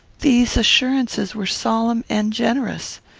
these assurances were solemn and generous.